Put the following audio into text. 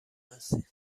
هستین